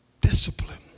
Discipline